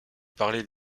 parler